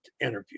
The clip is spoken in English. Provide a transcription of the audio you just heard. interview